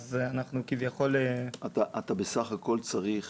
אז אנחנו כביכול --- אתה בסך הכול צריך